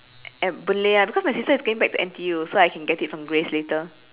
at boon lay ah because my sister is going back to N_T_U so I can get it from grace later